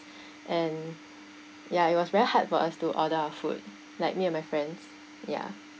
and ya it was very hard for us to order our food like me and my friends ya